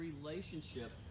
relationship